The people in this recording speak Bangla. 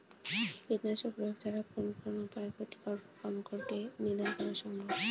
কীটনাশক প্রয়োগ ছাড়া কোন কোন উপায়ে ক্ষতিকর পোকামাকড় কে নিধন করা সম্ভব?